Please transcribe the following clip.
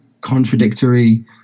contradictory